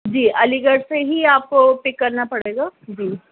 جی علیگڑھ سے ہی آپ کو پک کرنا پڑے گا جی